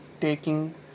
taking